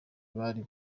bari